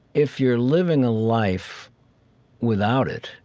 if you're living a life without it,